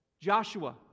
Joshua